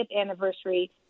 anniversary